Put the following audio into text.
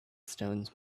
stones